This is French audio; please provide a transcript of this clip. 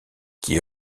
qui